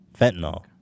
fentanyl